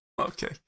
Okay